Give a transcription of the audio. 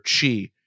chi